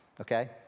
okay